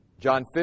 John